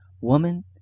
Woman